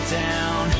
down